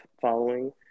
following